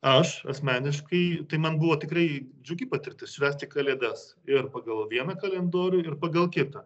aš asmeniškai tai man buvo tikrai džiugi patirtis švęsti kalėdas ir pagal vieną kalendorių ir pagal kitą